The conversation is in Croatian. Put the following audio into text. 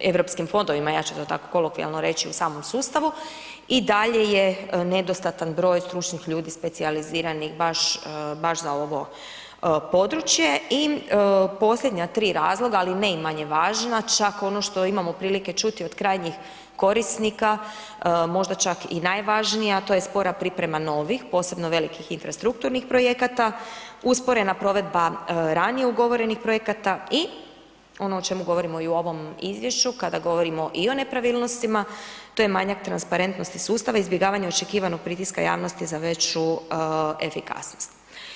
europskim fondovima, ja ću ti tako kolokvijalno reći u samom sustavu, i dalje je nedostatan broj stručnih ljudi specijaliziranih baš za ovo područje i posljednja tri razloga ali ne i manje važna, čak ono što imamo prilike čuti od krajnjih korisnika, možda čak i najvažnija, a to je spora priprema novih, posebnih velikih infrastrukturnih projekata, usporena provedba ranije ugovorenih projekata i ono o čemu govorimo i u ovom izvješću kada govorimo i o nepravilnostima, to je manjak transparentnosti sustava, izbjegavanje očekivanog pritiska javnosti za veću efikasnost.